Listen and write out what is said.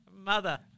Mother